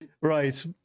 Right